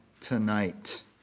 tonight